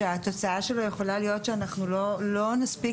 שהתוצאה שלו יכולה להיות שאנחנו לא נספיק